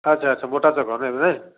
ଆଛା ଆଛା ମୋଟା ଚକ ନେବେ